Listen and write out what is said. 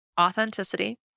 authenticity